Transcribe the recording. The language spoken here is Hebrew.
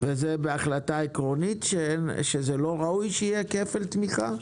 זו החלטה עקרונית שלא ראוי שיהיה כפל תמיכה?